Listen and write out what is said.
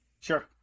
Sure